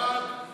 סעיף 1